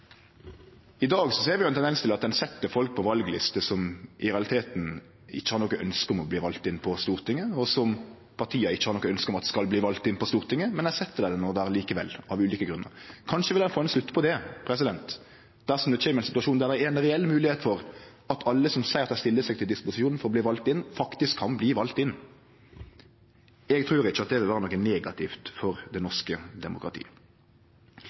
I dag ser vi ein tendens til at ein set folk på valliste som i realiteten ikkje har noko ønske om å bli valde inn på Stortinget, og som partia ikkje har noko ønske om at skal bli valde inn på Stortinget, men dei set dei no der likevel, av ulike grunnar. Kanskje vil ein få ein slutt på det dersom det kjem ein situasjon der det er ei reell moglegheit for at alle som seier at dei stiller seg til disposisjon for å bli valde inn, faktisk kan bli valde inn. Eg trur ikkje det vil vere noko negativt for det norske demokratiet.